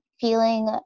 feeling